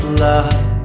love